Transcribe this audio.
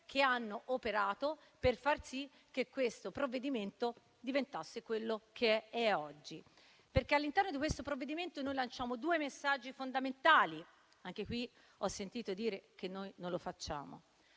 che hanno operato per far sì che questo provvedimento diventasse quello che è oggi, perché al suo interno lanciamo due messaggi fondamentali. Anche qui, ho sentito dire che non lo facciamo,